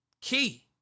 Key